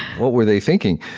what were they thinking?